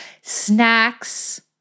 snacks